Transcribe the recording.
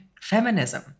feminism